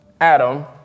Adam